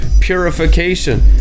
purification